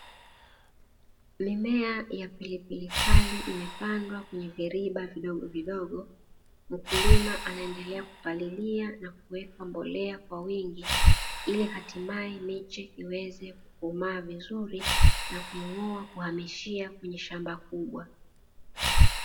Mimea ya pilipili kali imepandwa kwenye viriba vidogovidogo, mkulima anaendelea kupalilia na kuweka mbolea kwa wingi, ili hatimaye miche iweze kukomaa vizuri na kuing'oa kuhamishia kwenye shamba kubwa.